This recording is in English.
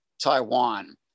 Taiwan